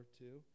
two